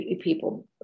people